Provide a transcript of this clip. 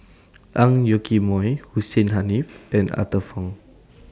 Ang Yoke Mooi Hussein Haniff and Arthur Fong